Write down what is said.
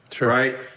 right